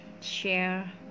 share